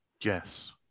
yes